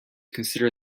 consider